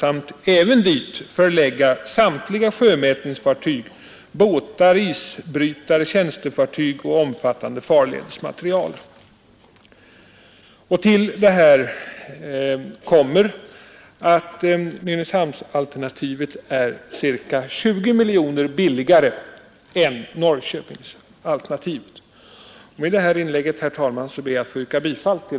Dit kan även förläggas samtliga sjömätningsfartyg, båtar, isbrytare och tjänstefartyg samt omfattande farledsmateriel. Härtill kommer att Nynäshamnsalternativet är ca 20 miljoner kronor billigare än Norrköpingsalternativet. Med detta inlägg, herr talman, ber jag att få yrka bifall till